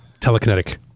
telekinetic